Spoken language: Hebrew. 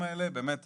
באמת